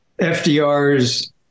FDR's